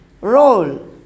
Roll